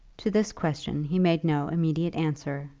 to this question he made no immediate answer,